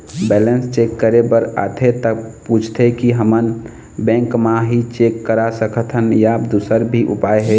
Balance check करे बर आथे ता पूछथें की हमन बैंक मा ही चेक करा सकथन या दुसर भी उपाय हे?